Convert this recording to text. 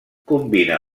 combina